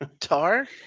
Tar